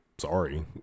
Sorry